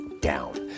down